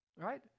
Right